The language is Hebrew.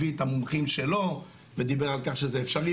הביא את המומחים שלו ודיבר על כך שזה אפשרי,